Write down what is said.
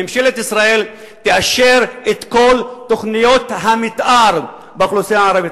ממשלת ישראל תאשר את כל תוכניות המיתאר באוכלוסייה הערבית.